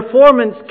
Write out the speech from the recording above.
performance